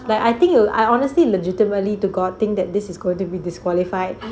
like I think it'll I honestly legitimately to god thing that this is going to be disqualified